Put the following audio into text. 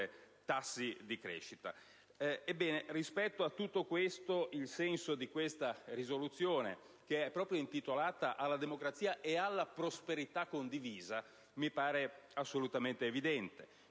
tassi di crescita. Ebbene, rispetto a tutto questo, il senso di questa risoluzione, che è proprio intitolata alla democrazia e alla prosperità condivisa, mi pare assolutamente evidente.